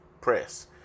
press